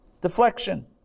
deflection